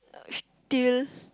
uh still